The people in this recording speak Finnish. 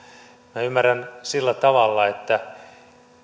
minä ymmärrän sillä tavalla että